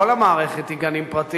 כל המערכת היא גנים פרטיים,